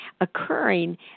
occurring